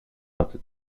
hatte